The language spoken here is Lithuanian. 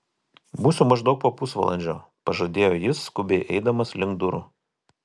būsiu maždaug po pusvalandžio pažadėjo jis skubiai eidamas link durų